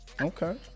okay